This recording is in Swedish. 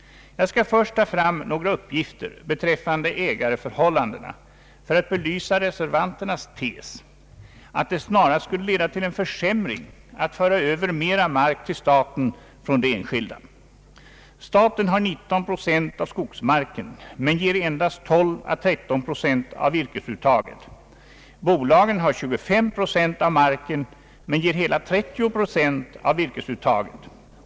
Jag skall först beröra några uppgifter beträffande ägarförhållandena för att belysa reservanternas tes att det snarast skulle leda till en försämring att föra över mera mark till staten från det enskilda. Staten har 19 procent av skogsmarken men ger endast 12 å 13 procent av virkesuttaget. Bolagen äger 25 procent av marken men ger hela 30 procent av uttaget.